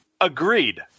Agreed